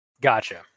Gotcha